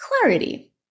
clarity